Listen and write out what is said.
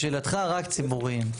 לשאלתך רק ציבוריים.